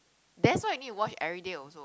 that's why you need to wash everyday also